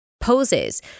poses